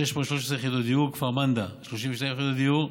613 יחידות דיור, כפר מנדא, 32 יחידות דיור,